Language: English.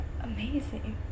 amazing